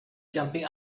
jumping